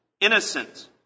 innocent